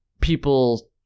people